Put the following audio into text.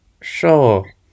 sure